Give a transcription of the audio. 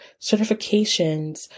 certifications